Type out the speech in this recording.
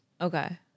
Okay